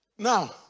Now